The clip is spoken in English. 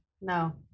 No